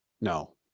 No